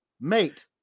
mate